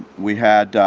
we had a